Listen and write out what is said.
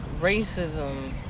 racism